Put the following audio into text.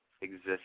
exists